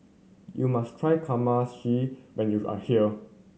you must try when you are here